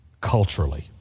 culturally